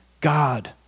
God